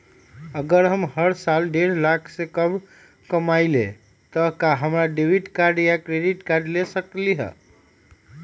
अगर हम हर साल डेढ़ लाख से कम कमावईले त का हम डेबिट कार्ड या क्रेडिट कार्ड ले सकली ह?